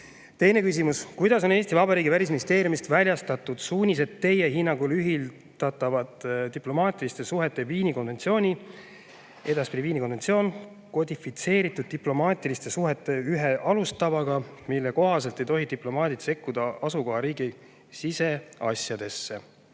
Teine küsimus: "Kuidas on Eesti Vabariigi Välisministeeriumist väljastatud suunised Teie hinnangul ühitatavad diplomaatiliste suhete Viini konventsioonis (edaspidi Viini konventsioon) kodifitseeritud diplomaatiliste suhete ühe alustavaga, mille kohaselt ei tohi diplomaadid sekkuda asukohariigi siseasjadesse?"